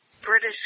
British